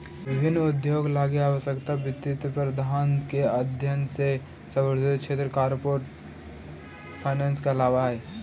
विभिन्न उद्योग लगी आवश्यक वित्तीय प्रबंधन के अध्ययन से संबद्ध क्षेत्र कॉरपोरेट फाइनेंस कहलावऽ हइ